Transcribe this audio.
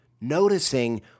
Noticing